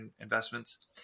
investments